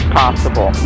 possible